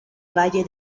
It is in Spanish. valle